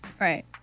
Right